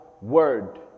word